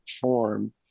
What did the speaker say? form